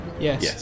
Yes